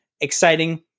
Exciting